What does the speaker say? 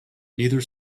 neither